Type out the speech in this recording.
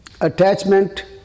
attachment